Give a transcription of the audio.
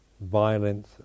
violence